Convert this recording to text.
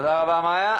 תודה רבה מיה.